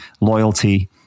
loyalty